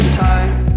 time